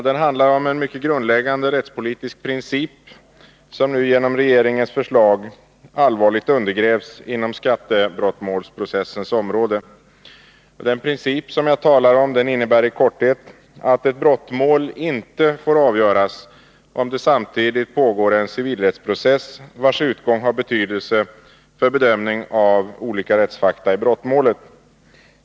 Den handlar om en mycket grundläggande rättspolitisk princip, som nu genom regeringens förslag allvarligt undergrävs inom skattebrottmålsprocessens område. Den princip som jag talar om innebär i korthet att ett brottmål inte får avgöras om det samtidigt pågår en civilrättsprocess vars utgång har betydelse för bedömningen av olika rättsfakta i brottmålet.